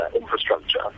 infrastructure